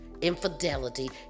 infidelity